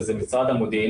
שזה משרד המודיעין.